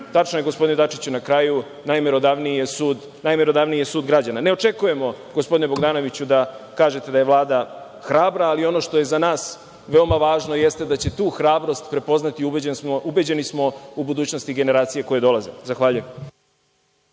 tačno je, gospodine Dačiću, na kraju najmerodavniji je sud građana. Ne očekujemo, gospodine Bogdanoviću da kažete da je Vlada hrabra, ali ono što je za nas veoma važno jeste da će tu hrabrost prepoznati, ubeđeni smo, u budućnosti generacije koje dolaze. Zahvaljujem.